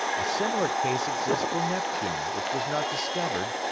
a similar case exists for neptune, which was not discovered,